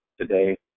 today